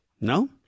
No